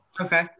okay